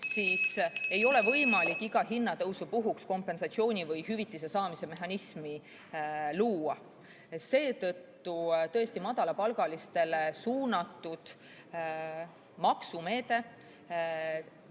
ei ole võimalik iga hinnatõusu puhuks kompensatsiooni või hüvitise saamise mehhanismi luua. Seetõttu tõesti on madalapalgalistele suunatud maksumeede,